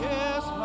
Yes